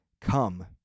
Come